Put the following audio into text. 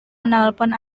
menelpon